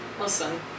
listen